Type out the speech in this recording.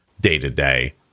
day-to-day